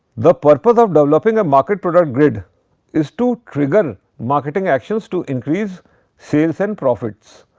the purpose of developing a market product grid is to trigger marketing actions to increase sales and profits.